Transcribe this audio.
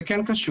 זה כן קשור.